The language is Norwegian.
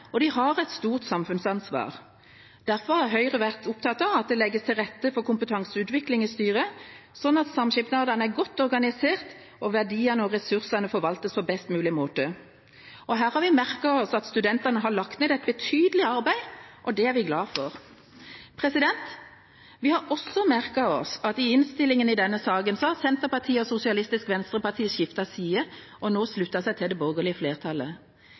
og de har et stort samfunnsansvar. Derfor har Høyre vært opptatt av at det legges til rette for kompetanseutvikling i styrene, slik at samskipnadene er godt organisert og verdiene og ressursene forvaltes på best mulig måte. Her har vi merket oss at studentene har lagt ned et betydelig arbeid. Det er vi glad for. Vi har også merket oss at i innstillingen i denne saken har Senterpartiet og Sosialistisk Venstreparti skiftet side, og nå slutter seg til det borgerlige flertallet.